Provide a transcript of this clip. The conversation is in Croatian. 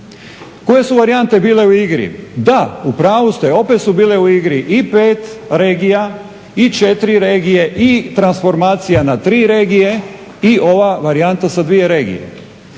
Koje su varijante bile u igri? Da, u pravu ste opet su bile u igri i 5 regija i 4 regije i transformacija na 3 regije i ova varijanta za 2 regije.